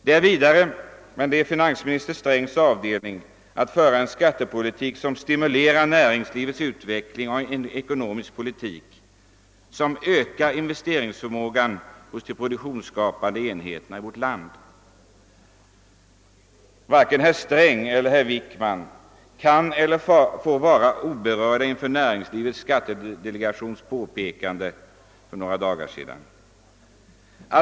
Det är vidare — men det tillhör finansminister Strängs avdelning — att föra en skattepolitik som stimulerar näringslivets utveckling och en ekonomisk politik som ökar investeringsförmågan hos de produktionsskapande enheterna i vårt land. Varken herr Sträng eller herr Wickman kan eller får stå oberörda inför näringslivets skattedelegations påpekande för några dagar sedan.